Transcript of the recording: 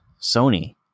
Sony